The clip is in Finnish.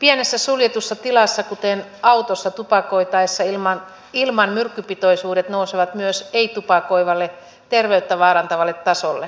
pienessä suljetussa tilassa kuten autossa tupakoitaessa ilman myrkkypitoisuudet nousevat myös ei tupakoivalla terveyttä vaarantavalle tasolle